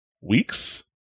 weeks